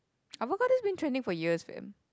avocado has been trending for years fame